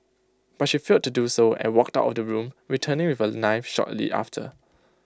but she failed to do so and walked out of the room returning with A knife shortly after